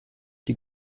die